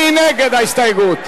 מי נגד ההסתייגות?